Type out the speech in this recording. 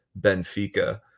Benfica